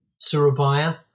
Surabaya